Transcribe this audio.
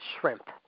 Shrimp